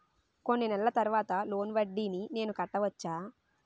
కొన్ని నెలల తర్వాత లోన్ వడ్డీని నేను కట్టవచ్చా?